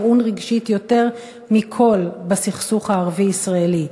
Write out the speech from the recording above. הטעון רגשית יותר מכול בסכסוך הערבי ישראלי,